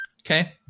Okay